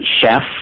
Chef